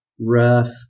rough